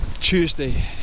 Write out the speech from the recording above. Tuesday